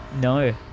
No